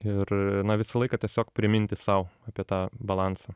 ir na visą laiką tiesiog priminti sau apie tą balansą